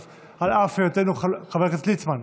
אז חבר הכנסת ליצמן,